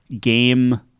game